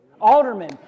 Alderman